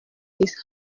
his